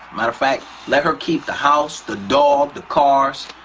matter of fact, let her keep the house, the dog, the cars,